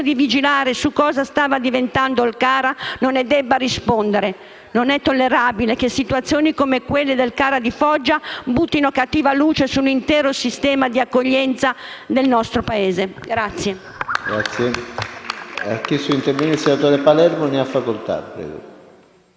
di vigilare su cosa stava diventando il CARA non ne debba rispondere; non è tollerabile che situazioni come quelle del CARA di Foggia buttino cattiva luce sull'intero sistema di accoglienza del nostro Paese.